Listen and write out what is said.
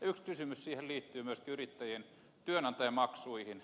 yksi kysymys siinä liittyy myöskin yrittäjien työantajamaksuihin